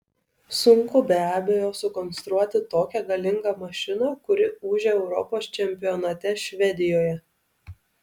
sunku be abejo sukonstruoti tokią galingą mašiną kuri ūžė europos čempionate švedijoje